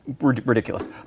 Ridiculous